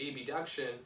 abduction